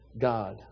God